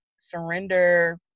surrender